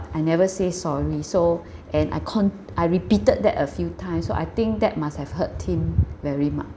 I never say sorry so and I cont~ I repeated that a few times so I think that must have hurt him very much